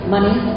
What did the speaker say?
Money